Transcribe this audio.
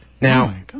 Now